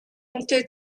үнэтэй